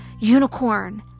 unicorn